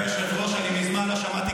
חיילים שלנו עכשיו בעזה,